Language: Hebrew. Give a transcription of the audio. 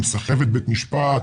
עם סחבת בית משפט,